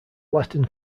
latin